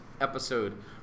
episode